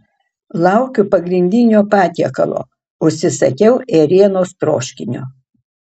laukiu pagrindinio patiekalo užsisakiau ėrienos troškinio